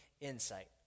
insight